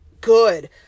good